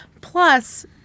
Plus